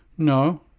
No